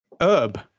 Herb